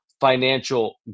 financial